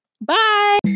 Bye